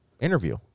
interview